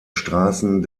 straßen